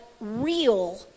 real